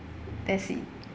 that's it